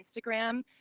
Instagram